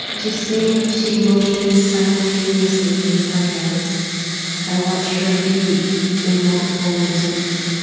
to sing she motions simultaneously with her hands i watch her be in multiple musics.